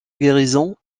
guérison